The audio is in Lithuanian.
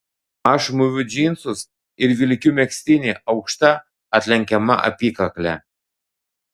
aš mūviu džinsus ir vilkiu megztinį aukšta atlenkiama apykakle